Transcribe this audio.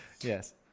Yes